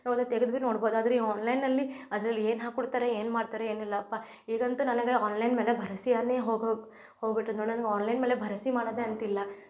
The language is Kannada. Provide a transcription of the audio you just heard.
ಅವನ್ನು ತೆಗೆದ್ ಬಿ ನೋಡ್ಬೋದು ಆದರೆ ಈ ಆನ್ಲೈನ್ನಲ್ಲಿ ಅದ್ರಲ್ಲಿ ಏನು ಹಾಕಿಕೊಡ್ತಾರೆ ಏನು ಮಾಡ್ತಾರೆ ಏನಿಲ್ಲಪ್ಪ ಈಗಂತೂ ನನಗೆ ಆನ್ಲೈನ್ ಮೇಲೆ ಭರ್ವಸಿಯಾನೆ ಹೋಗಿ ಹೋಗಿ ಹೋಗಿ ಬಿಟ್ಟಿದ್ ನೋಡಿ ನಾನು ಆನ್ಲೈನ್ ಮೇಲೆ ಭರ್ವಸಿ ಮಾಡೋದೆ ಅಂತಿಲ್ಲ